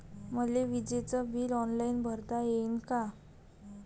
मले विजेच bill online भरता येईन का?